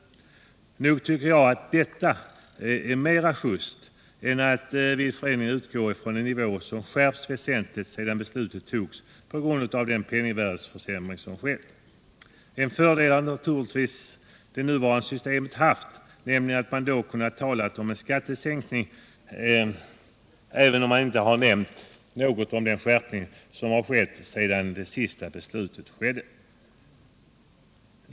Nog måste detta vara mera just än att vid varje förändring utgå från en nivå som på grund av penningvärdeförsämringen har höjts väsentligt sedan beslutet togs. En fördel har naturligtvis det nuvarande systemet haft, nämligen att man har kunnat tala om skattesänkning utan att behöva nämna något om den skärpning som skett efter det senaste beslutet.